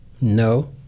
No